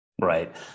Right